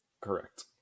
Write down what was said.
correct